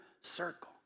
circle